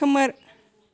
खोमोर